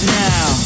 now